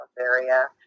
area